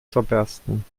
zerbersten